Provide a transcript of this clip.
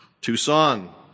Tucson